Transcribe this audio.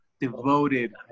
devoted